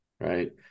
right